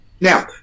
now